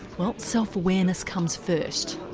well self-awareness comes first.